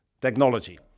technology